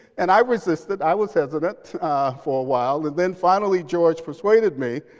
and i resisted. i was hesitant for a while, and then finally george persuaded me.